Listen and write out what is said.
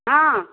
ହଁ